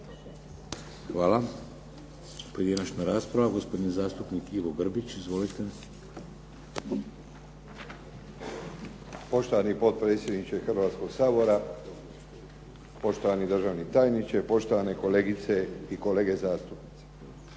Hvala. Pojedinačna rasprava gospodin zastupnik Ivo Grbić. Izvolite. **Grbić, Ivo (HDZ)** Poštovani potpredsjedniče Hrvatskoga sabora, poštovani državni tajniče, poštovane kolegice i kolege zastupnici.